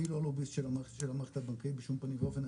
אני לא לוביסט של המערכת הבנקאית בשום פנים ואופן,